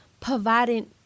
providing